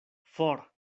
for